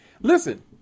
Listen